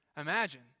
imagine